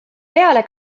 peale